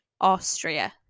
Austria